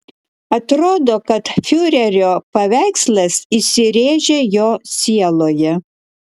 atrodo kad fiurerio paveikslas įsirėžė jo sieloje